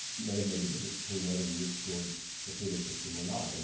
may have made the difference between whether we explored the pluto system or not. and